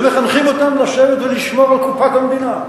ומחנכים אותם לשבת ולשמור על קופת המדינה.